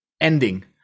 ending